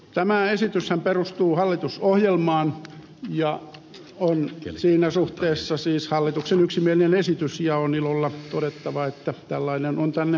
tämä esityshän perustuu hallitusohjelmaan ja on siinä suhteessa siis hallituksen yksimielinen esitys ja on ilolla todettava että tällainen on tänne todellakin saatu